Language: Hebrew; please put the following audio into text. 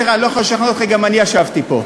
תראה, אני לא יכול לשכנע אותך, גם אני ישבתי פה.